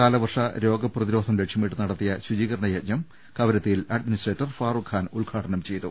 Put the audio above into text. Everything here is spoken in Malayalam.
കാലവർഷ രോഗപ്രതിരോധം ലക്ഷൃമിട്ട് നടത്തിയ ശുചീകരണ യജ്ഞം കവരത്തിയിൽ അഡ്മി നിസ്ട്രേറ്റർ ഫാറൂഖ് ഖാൻ ഉദ്ഘാടനം ചെയ്തു